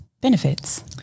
benefits